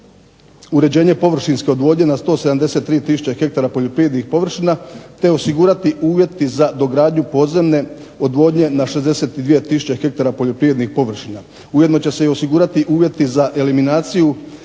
uređenje površinske odvodnje na 173000 ha poljoprivrednih površina, te osigurati uvjeti za dogradnju podzemne odvodnje na 62000 ha poljoprivrednih površina. Ujedno će se osigurati i uvjeti za eliminaciju